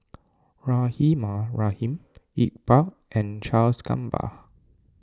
Rahimah Rahim Iqbal and Charles Gamba